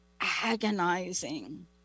agonizing